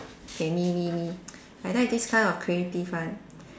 okay me me me I like this kind of creative one